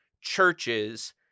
churches